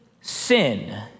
sin